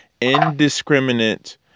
indiscriminate